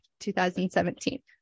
2017